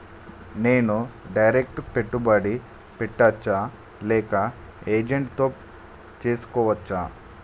నేను డైరెక్ట్ పెట్టుబడి పెట్టచ్చా లేక ఏజెంట్ తో చేస్కోవచ్చా?